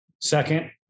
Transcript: second